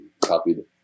copied